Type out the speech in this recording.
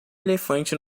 elefante